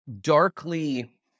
darkly